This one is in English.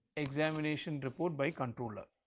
examination report by controller.